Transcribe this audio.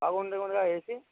బాగుంది అనుకుంటానుగా A see